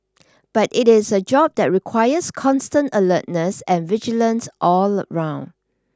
but it is a job that requires constant alertness and vigilance all around